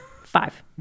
Five